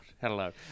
Hello